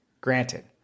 Granted